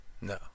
No